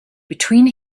between